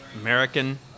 American